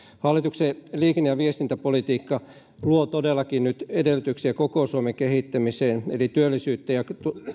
hallituksen liikenne ja viestintäpolitiikka luo todellakin nyt edellytyksiä koko suomen kehittämiseen eli työllisyyttä ja